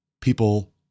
people